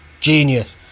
genius